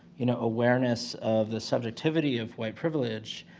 you know, awareness of the subjectivity of white privilege,